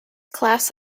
class